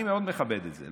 אני מאוד מכבד את זה.